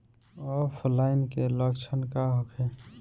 ऑफलाइनके लक्षण का होखे?